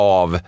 av